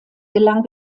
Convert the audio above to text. gelang